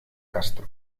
castro